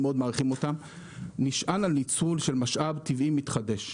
מעריכים אותם מאוד נשען על ניצול של משאב טבעי מתחדש.